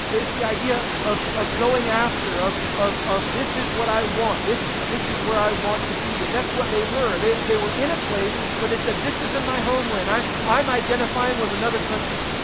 it's the idea of of going after, of of of this is what i want. this this is where i want to be and that's what they were, they they were in a place, but they said this isn't my homeland. i i am identifying with another country.